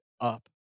up